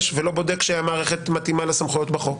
ולא בודק שהמערכת מתאימה לסמכויות בחוק?